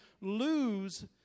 lose